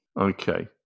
Okay